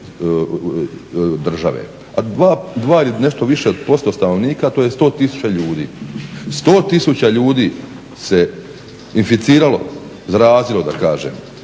države. A 2 ili nešto više posto stanovnika to je 100 tisuća ljudi. 100 tisuća ljudi se inficiralo, zarazilo da kažem